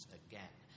again